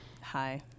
Hi